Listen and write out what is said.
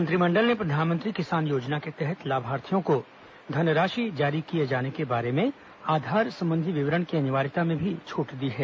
मंत्रिमंडल ने प्रधानमंत्री किसान योजना के तहत लाभार्थियों को धनराशि जारी किए जाने के बारे में आधार संबंधी विवरण की अनिवार्यता में भी छूट दी है